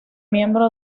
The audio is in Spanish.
miembro